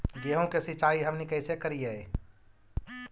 गेहूं के सिंचाई हमनि कैसे कारियय?